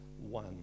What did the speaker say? one